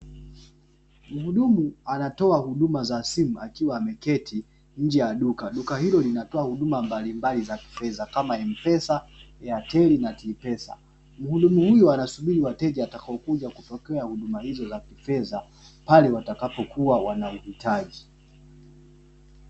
Muhudumu anatoa huduma za simu akiwa ameketi nje ya duka. Duka hilo linatoa huduma mbalimbali za kifedha kama: "MPESA", "AIRTEL" na" TIGOPESA". Muhudumu huyo anasubiri wateja watakaokuja kupokea huduma hizo za kifedha pale watakapokuwa wana uhitaji.